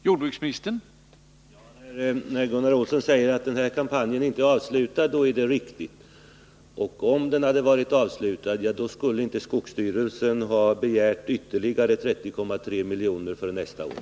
Herr talman! Det är riktigt, som Gunnar Olsson säger, att kampanjen inte är avslutad. Om den hade varit avslutad skulle inte skogsstyrelsen ha begärt ytterligare 30,3 miljoner för nästa år.